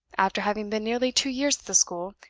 after having been nearly two years at the school,